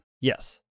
Yes